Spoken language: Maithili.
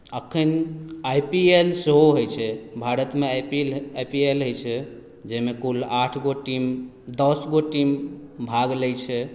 एखन आई पी एल सेहो होइत छै भारतमे I P L I P L होइत छै जाहिमे कुल आठगो टीम दसगो टीम भाग लैत छै